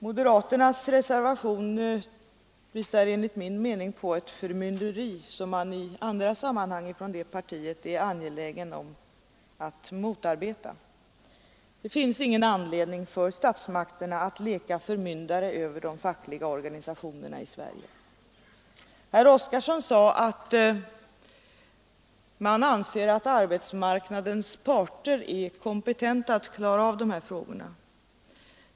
Moderaternas reservation visar, enligt min mening, på ett förmynderi som man i andra sammanhang i det partiet säger sig vara angelägen om att motarbeta. Det finns ingen anledning för statsmakterna att leka förmyndare över de fackliga organisationerna i Sverige. Herr Oskarson sade att han anser att arbetsmarknadens parter är kompetenta att klara av de här frågorna.